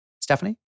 Stephanie